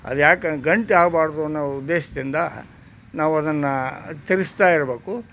ಅದು ಯಾಕಂದು ಗಂಟು ಆಗಬಾರ್ದು ಅನ್ನೋ ಉದ್ದೇಶದಿಂದ ನಾವು ಅದನ್ನು ತಿರುಗಿಸ್ತಾ ಇರಬೇಕು